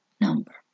number